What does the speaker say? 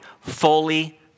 Fully